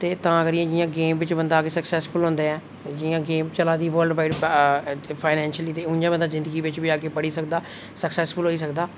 ते तां करियै इ'यां गैम बिच बंदा अग्गै सकसेसफुल होंदा ऐ जि'यां गेम चला दी वर्ल्ड वाइड ते फाइनेंशली ते उ'आं बंदा जिंदगी बिच अग्गै बढ़ी सकदा सेकसेक्सफुल होई सकदा